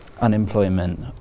Unemployment